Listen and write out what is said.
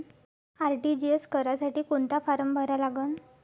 RTGS करासाठी कोंता form भरा लागन?